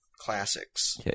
classics